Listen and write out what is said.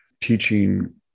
teaching